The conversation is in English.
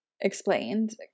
explained